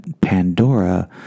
Pandora